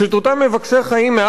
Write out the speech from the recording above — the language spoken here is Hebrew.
את רובם המכריע,